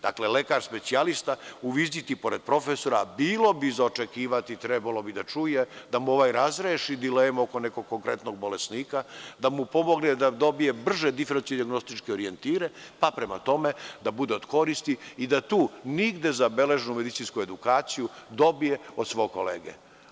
Dakle, lekar specijalista u viziti pored profesora, bilo bi za očekivati, trebalo bi da čuje da mu ovaj razreši dilemu oko nekog konkretnog bolesnika, da mu pomogne da dobije brže diferencijalne dijagnostičke orijentire, pa prema tome da bude od koristi i da tu nigde zabeleženu medicinsku edukaciju dobije od svog kolege.